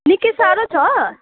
निकै साह्रो छ